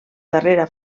darrera